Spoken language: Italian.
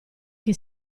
che